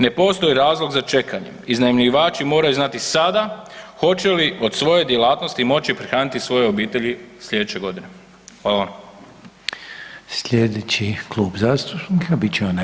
Ne postoji razlog za čekanje, iznajmljivači moraju znati sada hoće li od svoje djelatnosti moći prehraniti svoje obitelji sljedeće godine.